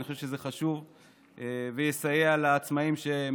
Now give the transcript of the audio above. ואני חושב שזה חשוב ויסייע לעצמאים שמחכים,